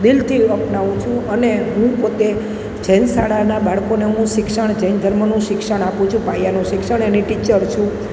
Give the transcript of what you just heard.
દિલથી અપનાવું છું અને હું પોતે જૈન શાળાનાં બાળકોને હું શિક્ષણ જૈન ધર્મનું શિક્ષણ આપું છું પાયાનું શિક્ષણ એની ટીચર છું